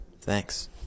Thanks